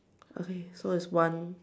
okay so it's one